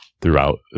throughout